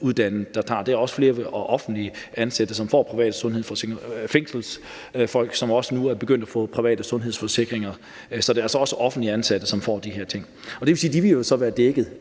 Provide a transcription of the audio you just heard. højtuddannede, der vælger det. Der er også flere offentligt ansatte, som får private sundhedsforsikringer – fængelsfolk, som også nu er begyndt at få private sundhedsforsikringer. Så det er altså også offentlige ansatte, som får de her ting. Og det vil sige, at de jo så vil være dækket